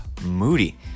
Moody